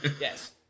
Yes